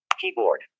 keyboard